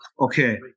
okay